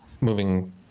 moving